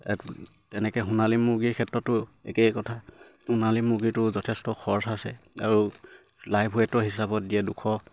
তেনেকে সোণালী মুৰ্গীৰ ক্ষেত্ৰতো একেই কথা সোণালী মুৰ্গীটো যথেষ্ট খৰচ আছে আৰু লাইভ ৱেটৰ হিচাপত দিয়ে দুশ